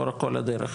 לאורך כל הדרך.